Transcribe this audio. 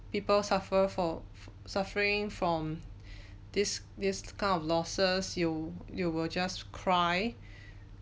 people suffer for suffering from this this kind of losses you you will just cry